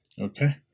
okay